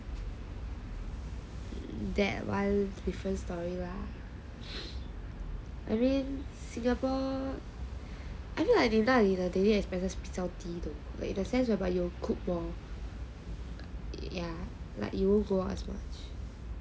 that [one] different story lah I mean Singapore I feel like 你那里的 daily expenses 会比较低 though like the sense whereby you cook more yeah like you won't go out much